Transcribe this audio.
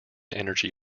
energy